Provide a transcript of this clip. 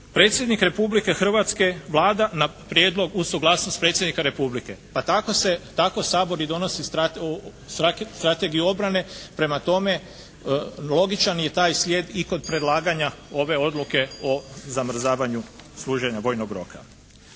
Predsjednik Republike Hrvatske, Vlada na prijedlog, uz suglasnost predsjednika Republike pa tako Sabor i donosi strategiju obrane, prema tome logičan je i taj slijed i kod predlaganja ove odluke o zamrzavanju služenja vojnog roka.